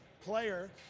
player